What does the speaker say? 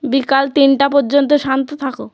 বিকাল তিনটা পর্যন্ত শান্ত থাকো